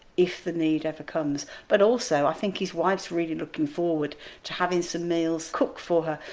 if the need ever comes. but also, i think his wife's really looking forward to having some meals cooked for her.